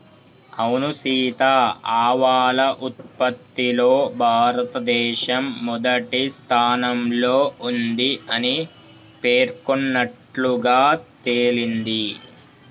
అవును సీత ఆవాల ఉత్పత్తిలో భారతదేశం మొదటి స్థానంలో ఉంది అని పేర్కొన్నట్లుగా తెలింది